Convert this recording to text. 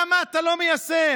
למה אתה לא מיישם?